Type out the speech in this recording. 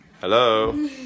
Hello